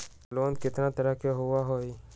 Loan केतना तरह के होअ हई?